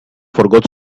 forgot